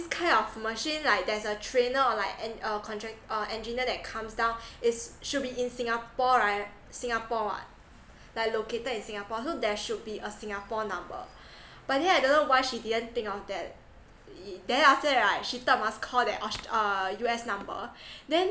this kind of machine like there's a trainer or like en~ uh contract uh engineer that comes down it's should be in singapore right singapore [what] like located in singapore so there should be a singapore number but then I don't know why she didn't think of that then after that right she thought must call that us uh U_S number then